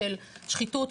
של שחיתות,